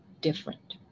different